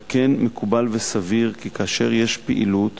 על כן, מקובל וסביר כי כאשר יש פעילות